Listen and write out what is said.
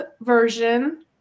version